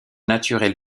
naturels